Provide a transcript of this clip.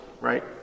right